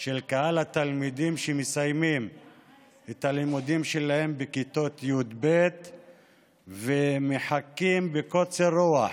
של קהל התלמידים שמסיימים את הלימודים שלהם בכיתות י"ב ומחכים בקוצר רוח